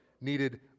needed